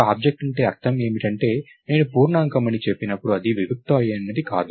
ఒక ఆబ్జెక్ట్ అంటే అర్థం ఏమిటంటే నేను పూర్ణాంకం చెప్పినప్పుడు అది వియుక్తమైనది కాదు